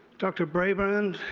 dr. brayband,